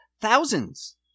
Thousands